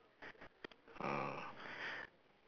ah